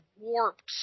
warped